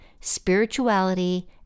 spirituality